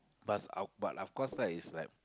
plus of but of course lah it's like